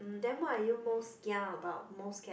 um then what are you most kia about most scared